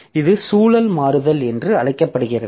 இது சூழல் மாறுதல் என்று அழைக்கப்படுகிறது